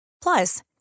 Plus